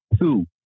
two